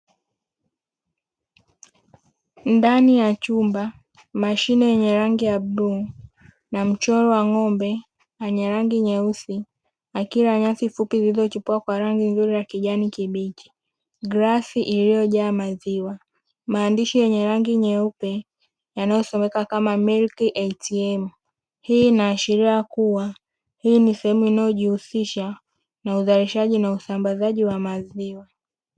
Ndani ya chumba. Mashine yenye rangi ya bluu na mchoro wa ng'ombe wenye rangi nyeusi. Akila nyasi fupi zilichipua kwa rangi nzuri ya kijani kibichi. Glasi iliyojaa maziwa. Maandishi yenye rangi nyeupe yanayosomeka kama "milk ATM". Hii inaashiria kuwa hii ni sehemu inayojihusisha na uzalishaji na usambazaji wa maziwa.